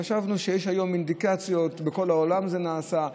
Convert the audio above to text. חשבנו שיש היום אינדיקציות, בכל העולם זה נעשה.